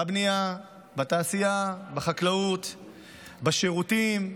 בבנייה, בתעשייה, בחקלאות, בשירותים,